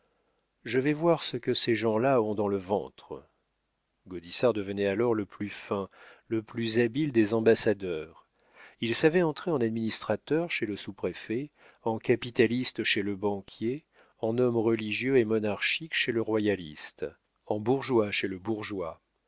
je vais voir ce que ces gens-là ont dans le ventre gaudissart devenait alors le plus fin le plus habile des ambassadeurs il savait entrer en administrateur chez le sous-préfet en capitaliste chez le banquier en homme religieux et monarchique chez le royaliste en bourgeois chez le bourgeois